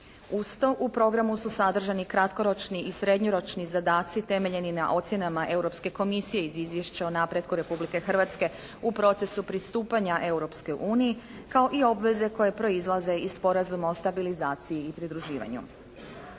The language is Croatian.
Uz to, u programu su sadržani kratkoročni i srednjoročni zadaci temeljeni na ocjenama Europske komisije iz Izvješća o napretku Republike Hrvatske u procesu pristupanja Europskoj uniji kao i obveze koje proizlaze iz Sporazuma o stabilizaciji i pridruživanju.